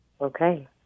Okay